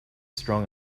strong